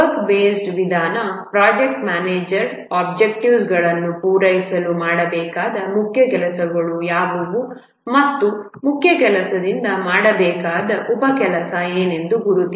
work based ವಿಧಾನ project manager ಒಬ್ಜೆಕ್ಟಿವ್ಸ್ಗಳನ್ನು ಪೂರೈಸಲು ಮಾಡಬೇಕಾದ ಮುಖ್ಯ ಕೆಲಸಗಳು ಯಾವುವು ಮತ್ತು ಮುಖ್ಯ ಕೆಲಸದಿಂದ ಮಾಡಬೇಕಾದ ಉಪ ಕೆಲಸ ಏನೆಂದು ಗುರುತಿಸಿ